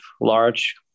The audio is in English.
large